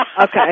Okay